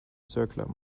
circular